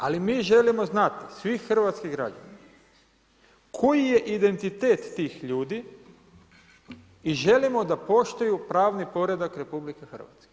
Ali mi želimo znati, svi hrvatski građani koji je identitet tih ljudi i želimo da poštuju pravni poredak RH.